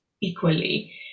equally